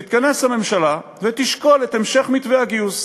תתכנס הממשלה ותשקול את המשך מתווה הגיוס.